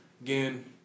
Again